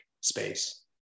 space